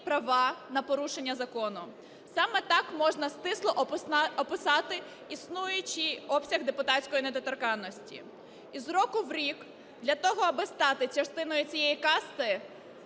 права на порушення закону. Саме так можна стисло описати існуючий обсяг депутатської недоторканності. Із року в рік для того, аби стати частиною цієї, касти